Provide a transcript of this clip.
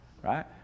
right